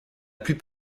plus